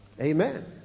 Amen